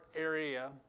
area